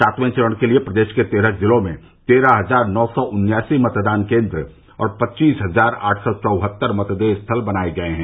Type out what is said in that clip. सातवें चरण के लिये प्रदेश के तेरह जिलों में तेरह हजार नौ सौ उन्यासी मतदान केन्द्र और पच्चीस हजार आठ सौ चौहत्तर मतदेय स्थल बनाये गये हैं